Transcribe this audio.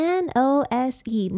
nose